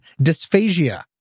dysphagia